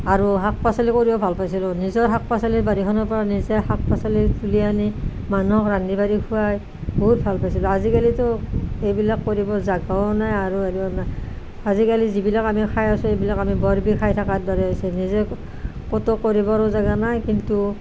আৰু শাক পাচলি কৰিও ভাল পাইছিলোঁ নিজৰ শাক পাচলি বাৰীখনৰ পৰা নিজে শাক পাচলি তুলি আনি মানুহক ৰান্ধি বাঢ়ি খুৱাই বহুত ভাল পাইছিলোঁ আজিকালিতো এইবিলাক কৰিব জাগাও নাই আৰু হেৰিও নাই আজিকালি যিবিলাক আমি খাই আছোঁ এইবিলাক আমি বৰবিহ খাই থকাৰ দৰে হৈছে নিজে ক'তো কৰিবৰো জেগা নাই কিন্তু